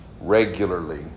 regularly